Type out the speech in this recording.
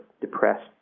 depressed